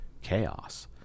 chaos